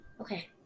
Okay